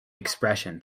expression